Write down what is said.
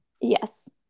Yes